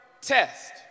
test